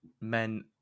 men